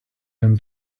him